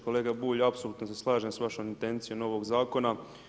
Kolega Bulj, apsolutno se slažem s vašom intencijom novog zakona.